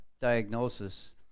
diagnosis